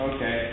Okay